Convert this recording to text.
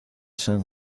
san